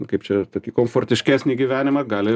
kaip čia tokį komfortiškesnį gyvenimą gali